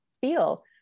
feel